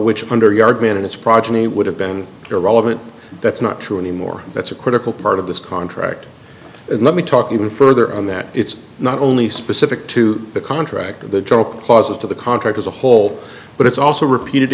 which under yard man and it's progeny would have been irrelevant that's not true anymore that's a critical part of this contract and let me talk even further on that it's not only specific to the contract or the general clauses to the contract as a whole but it's also repeated